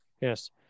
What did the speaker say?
Yes